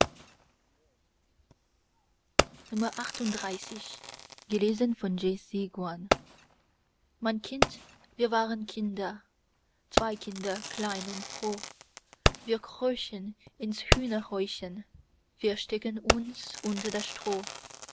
mein kind wir waren kinder zwei kinder klein und froh wir krochen ins hühnerhäuschen versteckten uns unter das stroh